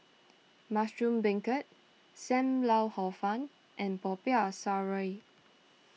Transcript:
Mushroom Beancurd Sam Lau Hor Fun and Popiah Sayur